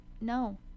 no